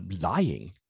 lying